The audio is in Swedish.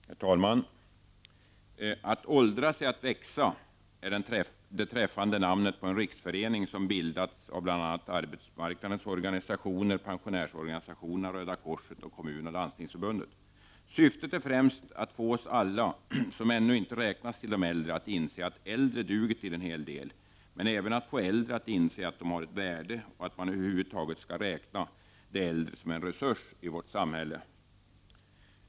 Herr talman! ”Att åldras är att växa” är det träffande namnet på en riksförening som bildats av bl.a. arbetsmarknadens organisationer, pensionärs organisationerna, Röda korset och kommunoch landstingsförbunden. Syftet är främst att få alla oss som ännu inte räknas till de äldre att inse att äldre duger till en hel del, men även att få äldre att inse att de har ett värde och att 'man över huvud taget skall räkna med de äldre som en resurs i vårt samhälle.